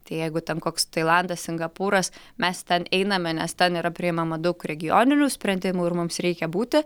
tai jeigu ten koks tailandas singapūras mes ten einame nes ten yra priimama daug regioninių sprendimų ir mums reikia būti